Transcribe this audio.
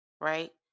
right